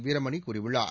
வீரமணி கூறியுள்ளார்